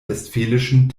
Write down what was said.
westfälischen